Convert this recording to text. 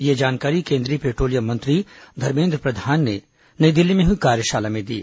यह जानकारी केंद्रीय पेट्रोलियम मंत्री धर्मेन्द्र प्रधान ने नई दिल्ली में हुई कार्यशाला में दी